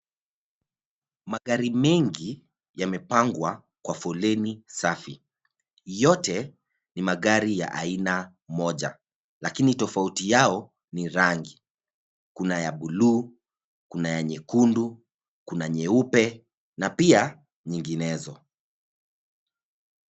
Magari mengi yamepangwa kwa poleni safi. Yote ni magari ya aina moja, lakini tofauti yao ni rangi. Kuna ya bluu, kuna ya nyekundu, kuna nyeupe na pia nyinginezo.